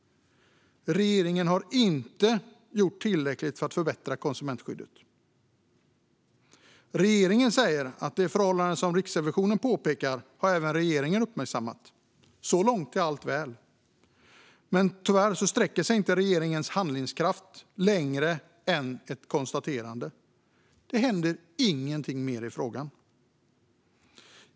Regeringen har inte gjort tillräckligt för att förbättra konsumentskyddet. Regeringen säger att de förhållanden som Riksrevisionen påpekar har även regeringen uppmärksammat. Så långt är allt väl. Men tyvärr sträcker sig regeringens handlingskraft inte längre än till ett konstaterande. Det händer ingenting mer i frågan.